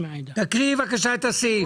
תקריאי בבקשה את הסעיף.